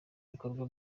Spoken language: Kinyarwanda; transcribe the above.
ibikorwa